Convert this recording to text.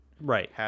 Right